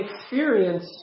experience